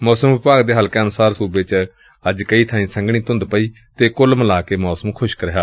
ਮੌਸਮ ਵਿਭਾਗ ਦੇ ਹਲਕਿਆਂ ਅਨੁਸਾਰ ਸੁਬੇ ਚ ਅੱਜ ਕਈ ਥਾਈਂ ਸੰਘਣੀ ਧੁੰਦ ਪਈ ਅਤੇ ਕੁੱਲ ਮਿਲਾ ਕੇ ਮੌਸਮ ਖੁਸ਼ਕ ਰਿਹਾ